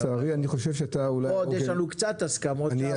יש לנו קצת הסכמות.